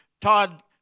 Todd